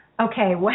Okay